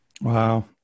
Wow